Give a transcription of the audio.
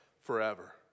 forever